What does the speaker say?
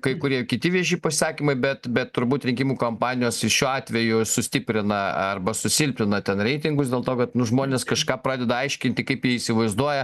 kai kurie ir kiti vieši pasisakymai bet bet turbūt rinkimų kampanijos ir šiuo atveju sustiprina arba susilpnina ten reitingus dėl to kad nu žmonės kažką pradeda aiškinti kaip jie įsivaizduoja